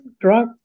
drug